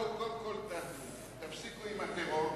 בואו קודם כול תפסיקו עם הטרור,